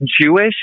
Jewish